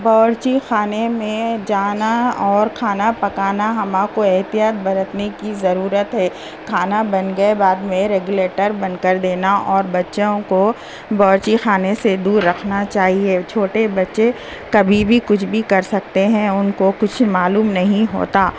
باورچی خانے میں جانا اور کھانا پکانا ہم کو احتیاط برتنے کی ضرورت ہے کھانا بن گئے بعد میں ریگولیٹر بند کر دینا اور بچوں کو باورچی خانے سے دور رکھنا چاہیے چھوٹے بچے کبھی بھی کچھ بھی کر سکتے ہیں ان کو کچھ معلوم نہیں ہوتا